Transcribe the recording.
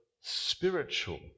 spiritual